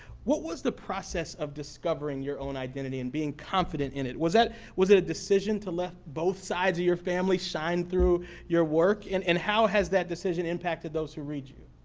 what was the process of discovering your own identity, and being confident in it? was that was it a decision to let both sides of your family shine through your work? and and how has that decision impacted those who read it?